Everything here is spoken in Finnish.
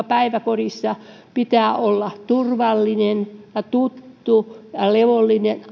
päiväkodissa jonka pitää olla turvallinen ja tuttu ja levollinen